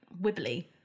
wibbly